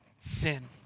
sin